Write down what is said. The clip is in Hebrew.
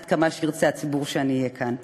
עד כמה שירצה הציבור שאני אהיה כאן: